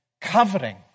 covering